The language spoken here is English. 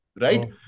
right